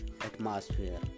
atmosphere